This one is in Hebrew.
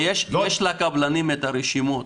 ויש לקבלנים את הרשימות